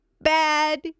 bad